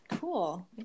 cool